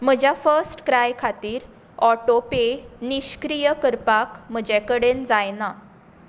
म्हज्या FirstCry खातीर auto pay निश्क्रीय करपाक म्हजे कडेन जायना